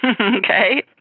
Okay